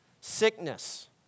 sickness